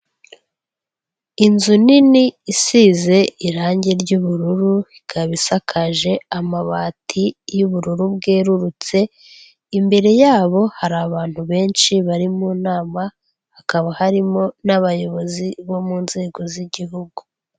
Inzu nini isize irange ry'ubururu ikabi isakaje amabati y'ubururu bwerurutse, imbere yabo hari abantu benshi bari mu nama hakaba harimo n'abayobozi bo mu nzego z'Igihugu.